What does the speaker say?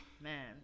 Man